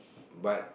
but